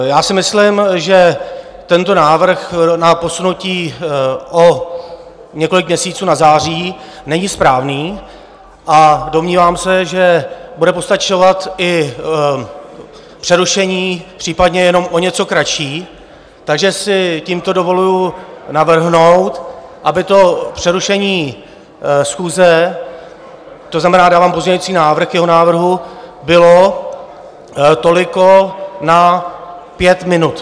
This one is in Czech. Já si myslím, že tento návrh na posunutí o několik měsíců na září není správný, a domnívám se, že bude postačovat i přerušení případně jenom o něco kratší, takže si tímto dovoluji navrhnout, aby to přerušení schůze to znamená, dávám pozměňovací návrh k jeho návrhu bylo toliko na pět minut.